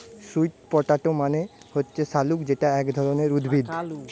sweet potato মানে হচ্ছে শাকালু যেটা এক ধরণের উদ্ভিদ